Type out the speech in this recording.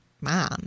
mom